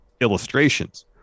illustrations